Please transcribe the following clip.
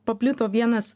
paplito vienas